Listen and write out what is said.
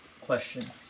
question